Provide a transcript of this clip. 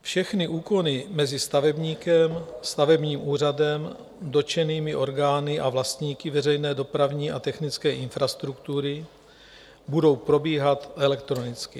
Všechny úkony mezi stavebníkem, stavebním úřadem, dotčenými orgány a vlastníky veřejné dopravní a technické infrastruktury budou probíhat elektronicky.